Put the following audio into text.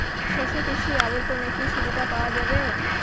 শস্য কৃষি অবর্তনে কি সুবিধা পাওয়া যাবে?